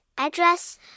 Address